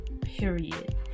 Period